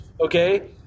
okay